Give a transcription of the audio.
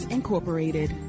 Incorporated